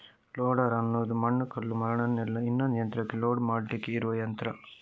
loader ಅನ್ನುದು ಮಣ್ಣು, ಕಲ್ಲು, ಮರಳನ್ನೆಲ್ಲ ಇನ್ನೊಂದು ಯಂತ್ರಕ್ಕೆ ಲೋಡ್ ಮಾಡ್ಲಿಕ್ಕೆ ಇರುವ ಯಂತ್ರ